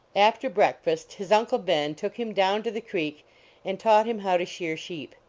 after breakfast his uncle ben took him down to the creek and taught him how to shear sheep.